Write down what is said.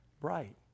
bright